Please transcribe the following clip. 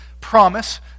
promise